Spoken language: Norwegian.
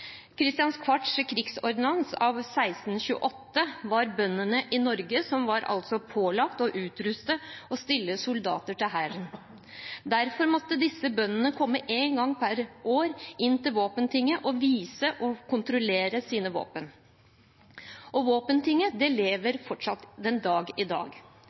krigsordinans av 1628 påla bøndene i Norge å utruste og stille soldater til hæren. Derfor måtte disse bøndene komme én gang per år inn til våpentinget og vise og få kontrollert sine våpen. Og våpentinget lever fortsatt den dag i dag